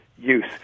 use